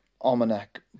almanac